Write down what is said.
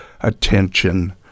attention